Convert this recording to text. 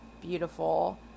beautiful